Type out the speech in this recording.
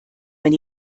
wenn